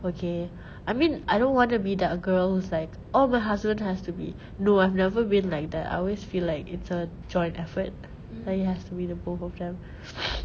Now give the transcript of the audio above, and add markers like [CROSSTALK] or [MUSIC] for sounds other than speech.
okay I mean I don't want to be that girl who's like oh my husband has to be no I've never been like that I always feel like it's a joint effort like it has to be the both of them [NOISE]